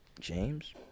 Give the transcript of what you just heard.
james